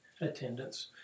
attendance